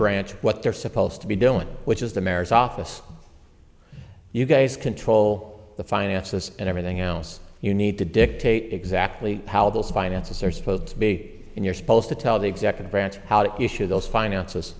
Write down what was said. branch what they're supposed to be doing which is the merits office you guys control the finances and everything else you need to dictate exactly how those finances are supposed to be and you're supposed to tell the executive branch how to issue those finances